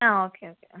ആ okay okay ആ